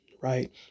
right